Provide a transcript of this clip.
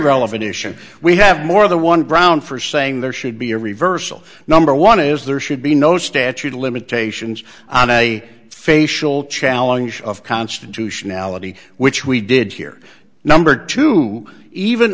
relevant issue we have more of the one brown for saying there should be a reversal number one is there should be no statute of limitations on a facial challenge of constitutionality which we did hear number two even